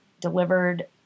delivered